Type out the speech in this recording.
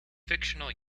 fictional